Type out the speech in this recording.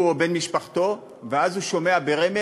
הוא או בן משפחתו, ואז הוא שומע ברמז: